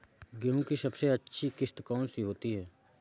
गेहूँ की सबसे अच्छी किश्त कौन सी होती है?